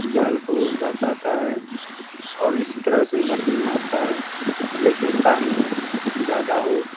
जाल को बसाता है और इस तरह से मछली मारता है जैसे पानी ज़्यादा हो